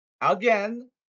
Again